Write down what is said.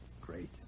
Great